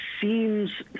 seems